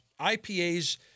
IPAs